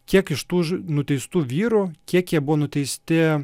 kiek iš tų nuteistų vyrų kiek jie buvo nuteisti